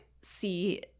see